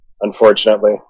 Unfortunately